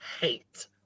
hate